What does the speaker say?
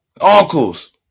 Uncles